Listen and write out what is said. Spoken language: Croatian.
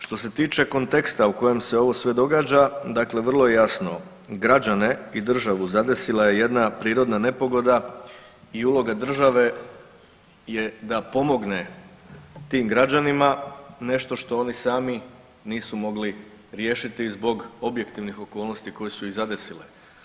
Što se tiče konteksta u kojem se ovo sve događa, dakle vrlo je jasno, građane i državu zadesila je jedna prirodna nepogoda i uloga države je da pomogne tim građanima, nešto što oni sami nisu mogli riješiti zbog objektivnih okolnosti koje su ih zadesile.